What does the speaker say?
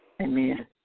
Amen